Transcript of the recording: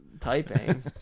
typing